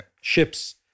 ships